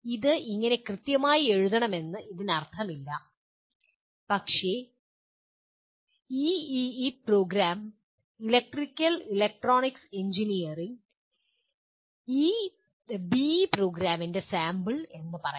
അത് ഇങ്ങനെ കൃത്യമായി എഴുതണമെന്ന് ഇതിനർത്ഥമില്ല പക്ഷേ EEE programme electrical electronics engineering BE പ്രോഗ്രാമിൻ്റെ സാമ്പിൾ എന്ന് പറയാം